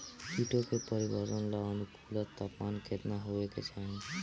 कीटो के परिवरर्धन ला अनुकूलतम तापमान केतना होए के चाही?